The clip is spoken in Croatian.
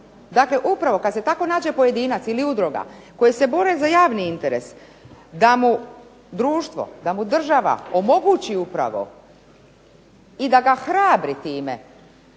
Dakle, upravo tako kada se nađe pojedinac ili udruga koji se bore za javni interes, da mu društvo, da mu država omogući upravo, da ga hrabri time,